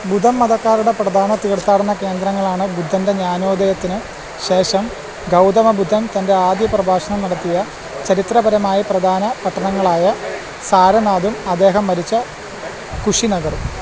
ബുദ്ധമതക്കാരുടെ പ്രധാന തീർത്ഥാടന കേന്ദ്രങ്ങളാണ് ബുദ്ധന്റെ ജ്ഞാനോദയത്തിനു ശേഷം ഗൗതമ ബുദ്ധൻ തന്റെ ആദ്യ പ്രഭാഷണം നടത്തിയ ചരിത്രപരമായി പ്രധാന പട്ടണങ്ങളായ സാരനാഥും അദ്ദേഹം മരിച്ച കുശിനഗറും